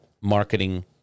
marketing